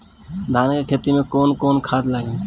धान के खेती में कवन कवन खाद लागी?